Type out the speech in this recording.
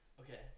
Okay